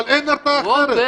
אבל אין הרתעה אחרת.